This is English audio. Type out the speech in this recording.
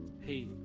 hey